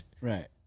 Right